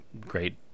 great